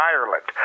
Ireland